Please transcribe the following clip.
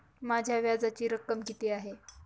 माझ्या व्याजाची रक्कम किती आहे?